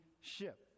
ship